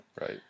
right